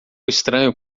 estranho